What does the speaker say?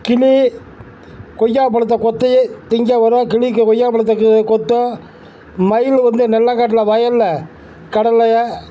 கிளி கொய்யாப்பழத்த கொத்தி திங்க வரும் கிளி கொய்யாப்பழத்துக்கு கொத்தும் மயில் வந்து நெல்லை காட்டில் வயலில் கடலைய